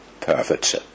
perfect